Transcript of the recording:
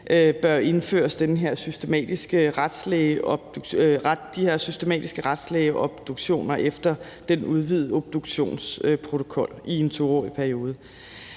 bør indføres de her systematiske retslægeobduktioner efter den udvidede obduktionsprotokol i en 2-årig periode.